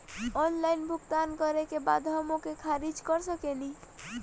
Online भुगतान करे के बाद हम ओके खारिज कर सकेनि?